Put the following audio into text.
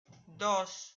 dos